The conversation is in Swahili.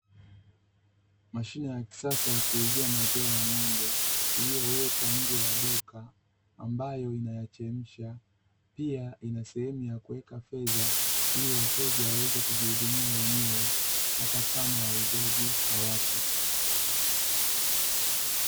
Mashine ya kisasa ya kuuzia maziwa ya ng'ombe, iliyowekwa nje ya duka ambayo inayachemsha. Pia ina sehemu ya kuweka fedha ili wateja waweze kujihudumia wenyewe, hata kama wauzaji hawapo.